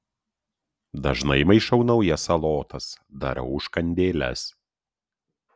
dažnai maišau naujas salotas darau užkandėles